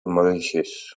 mauritius